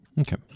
Okay